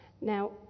Now